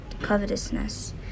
covetousness